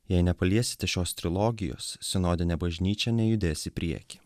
jei nepaliesite šios trilogijos sinodinė bažnyčia nejudės į priekį